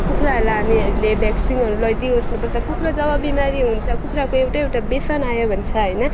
कुखुराहरूलाई हामीहरूले भ्याक्सिनहरू लगाइदिई बस्नुपर्छ कुखुरा जब बिमारी हुन्छ कुखुराको एउटा एउटा देसान आयो भने चाहिँ होइन